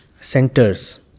centers